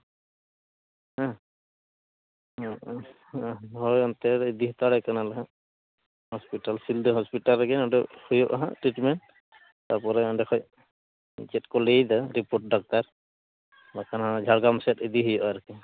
ᱦᱳᱭ ᱚᱱᱛᱮ ᱨᱮ ᱤᱫᱤ ᱦᱟᱛᱟᱲᱮ ᱠᱟᱱᱟᱞᱮ ᱦᱟᱸᱜ ᱦᱚᱥᱯᱤᱴᱟᱞ ᱥᱤᱞᱫᱟᱹ ᱦᱚᱥᱯᱤᱴᱟᱞ ᱨᱮᱜᱮ ᱱᱚᱸᱰᱮ ᱦᱩᱭᱩᱜᱼᱟ ᱦᱟᱸᱜ ᱴᱤᱴᱢᱮᱱᱴ ᱛᱟᱯᱚᱨᱮ ᱚᱸᱰᱮ ᱠᱷᱚᱡ ᱪᱮᱫ ᱠᱚ ᱞᱟᱹᱭᱫᱟ ᱨᱤᱯᱳᱨᱴ ᱰᱟᱠᱛᱟᱨ ᱵᱟᱠᱷᱟᱱ ᱦᱟᱱᱟ ᱡᱷᱟᱲᱜᱨᱟᱢ ᱥᱮᱫ ᱤᱫᱤ ᱦᱩᱭᱩᱜᱼᱟ ᱟᱨᱠᱤ